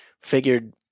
Figured